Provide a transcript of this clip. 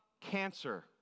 cancer